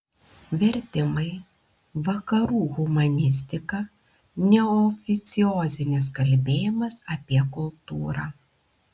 vertimai vakarų humanistika neoficiozinis kalbėjimas apie kultūrą